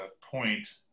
point